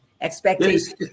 Expectations